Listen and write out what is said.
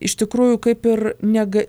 iš tikrųjų kaip ir nega